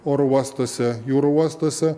oro uostuose jūrų uostuose